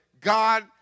God